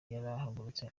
yarahagurutse